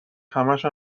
همشو